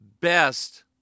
best